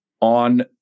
on